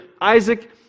Isaac